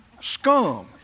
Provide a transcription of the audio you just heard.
scum